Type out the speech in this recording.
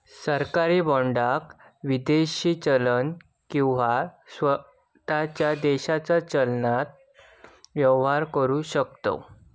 सरकारी बाँडाक विदेशी चलन किंवा स्वताच्या देशाच्या चलनान व्यवहार करु शकतव